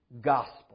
gospel